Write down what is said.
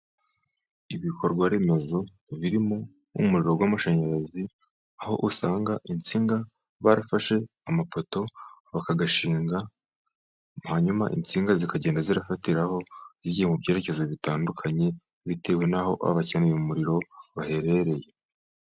Ibikorwa remezo birimo nk'umuriro w'amashanyarazi, aho usanga insinga, barafashe amapoto bakayashinga, hanyuma insinga zikagenda zifatiraho, zigiye mu byerekezo bitandukanye, bitewe n'aho aho abakeneye umuriro baherereye.